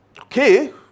okay